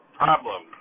problem